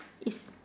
it's